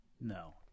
No